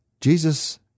Jesus